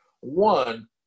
one